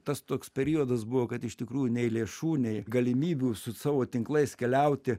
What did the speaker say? tas toks periodas buvo kad iš tikrųjų nei lėšų nei galimybių su savo tinklais keliauti